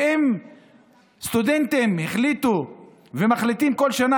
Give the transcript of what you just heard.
ואם סטודנטים החליטו ומחליטים כל שנה